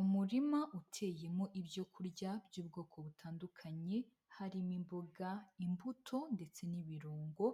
Umurima uteyemo ibyokurya by'ubwoko butandukanye, harimo imboga, imbuto ndetse n'ibirungo,